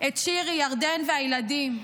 את שירי, ירדן והילדים,